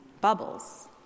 bubbles